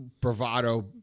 bravado